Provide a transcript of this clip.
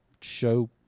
show